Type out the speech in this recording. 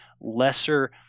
lesser